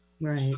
right